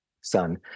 son